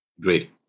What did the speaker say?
Great